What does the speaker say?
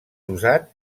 usat